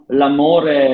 l'amore